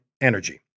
energy